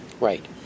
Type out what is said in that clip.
Right